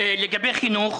לגבי חינוך,